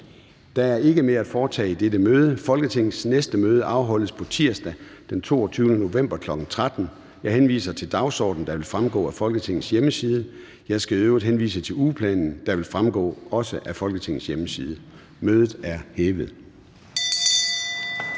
Der er ikke mere at foretage i dette møde. Folketingets næste møde afholdes tirsdag den 22. november 2022, kl. 13.00. Jeg henviser til dagsordenen, der vil fremgå af Folketingets hjemmeside. Jeg skal i øvrigt henvise til ugeplanen, der også vil fremgå af Folketingets hjemmeside. Mødet er hævet.